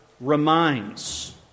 reminds